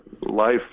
life